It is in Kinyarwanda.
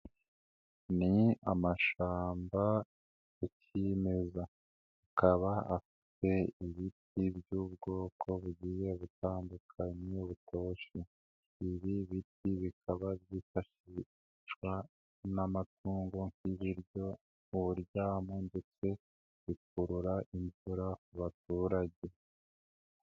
Ni amashamba ya kimeza akaba afite ibiti by'ubwoko bugiye butandukanye butoshye, ibi biti bikaba byifashishwa n'amatungo nk'ibiryo, uburyamo ndetse bikurura imvura ku baturage.